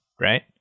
right